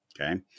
okay